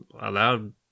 allowed